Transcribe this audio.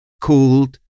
called